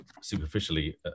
superficially